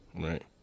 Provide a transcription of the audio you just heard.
right